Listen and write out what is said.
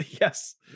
Yes